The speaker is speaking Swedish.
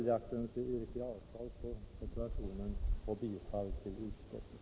Jag yrkar följaktligen